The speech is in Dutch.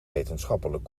wetenschappelijk